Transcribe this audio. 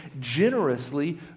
generously